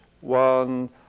one